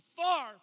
far